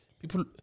people